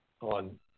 on